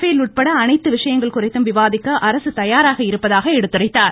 பேல் உட்பட அனைத்து விஷயங்கள் குறித்தும் விவாதிக்க அரசு தயாராக இருப்பதாக எடுத்துரைத்தார்